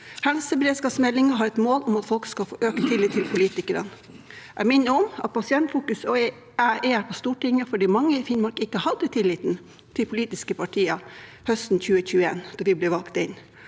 Helseberedskapsmeldingen har et mål om at folk skal få økt tillit til politikere. Jeg minner om at Pasientfokus og jeg er på Stortinget fordi mange i Finnmark ikke hadde tillit til politiske partier høsten 2021, da vi ble valgt inn.